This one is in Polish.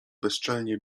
bezczelnie